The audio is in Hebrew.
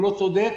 לא צודק.